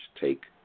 Take